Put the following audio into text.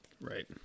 right